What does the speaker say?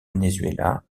venezuela